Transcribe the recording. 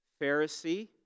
Pharisee